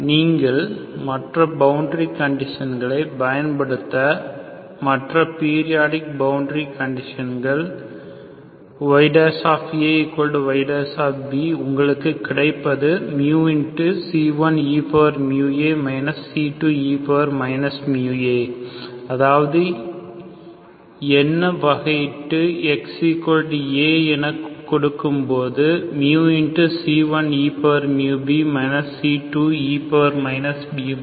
நீங்கள் மற்ற பவுண்டரி கண்டிஷன்களை பயன்படுத்த மற்ற பீரியாடிக் பவுண்டரி கண்டிஷன்கள் yayb உங்களுக்கு கிடைப்பது c1eμa c2e μa அதாவது என்ன வகையிட்டு x a என கொடுக்கும்போது c1eμb c2e μb